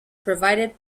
provided